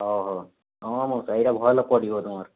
ହଉ ହଉ ହଁ ମଉସା ଏଇଟା ଭଲ ପଡ଼ିବ ତୁମର